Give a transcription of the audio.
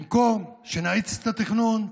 במקום שנאיץ את התכנון,